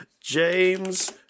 James